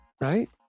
right